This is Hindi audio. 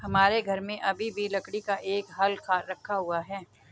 हमारे घर में अभी भी लकड़ी का एक हल रखा हुआ है